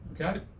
Okay